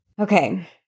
Okay